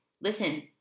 Listen